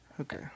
Okay